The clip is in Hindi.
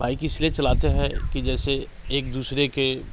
बाइक इसलिए चलाते हैं कि जैसे एक दूसरे के